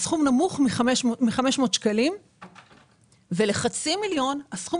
הסכום נמוך מ-500 שקלים ולחצי מיליון הסכום